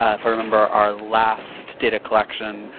a sort of member our last data collection,